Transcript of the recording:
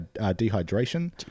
dehydration